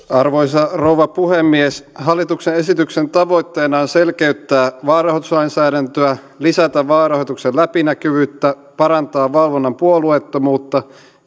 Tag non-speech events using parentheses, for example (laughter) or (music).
(unintelligible) arvoisa rouva puhemies hallituksen esityksen tavoitteena on selkeyttää vaalirahoituslainsäädäntöä lisätä vaalirahoituksen läpinäkyvyyttä parantaa valvonnan puolueettomuutta